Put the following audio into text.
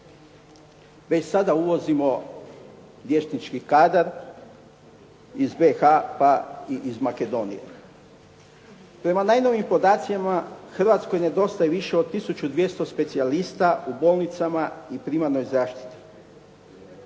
Već sada uvozimo liječnički kadar iz BiH, pa i iz Makedonije. Prema najnovijim podacima Hrvatskoj nedostaje više od 1200 specijalista u bolnicama i primarnoj zaštiti.